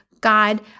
God